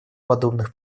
подобных